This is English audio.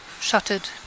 Shuttered